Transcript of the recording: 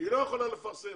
היא לא יכולה לפרסם,